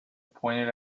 pointed